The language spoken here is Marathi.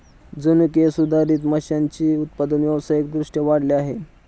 जनुकीय सुधारित माशांचे उत्पादन व्यावसायिक दृष्ट्या वाढले आहे